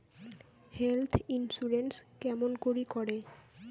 Health insurance কেমন করি করে?